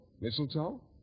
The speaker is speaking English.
Mistletoe